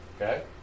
Okay